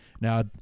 Now